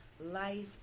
life